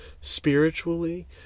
spiritually